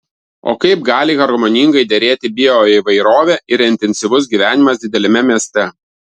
o kaip gali harmoningai derėti bioįvairovė ir intensyvus gyvenimas dideliame mieste